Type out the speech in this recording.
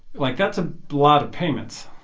like, that's a lot of payments